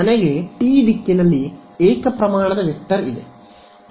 ನನಗೆ t ದಿಕ್ಕಿನಲ್ಲಿ ಏಕ ಪ್ರಮಾಣದ ವೆಕ್ಟರ್ ಇದೆ